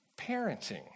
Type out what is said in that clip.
parenting